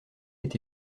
est